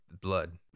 blood